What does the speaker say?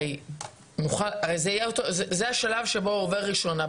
הרי זה השלב שבו הוא עובר בראשונה.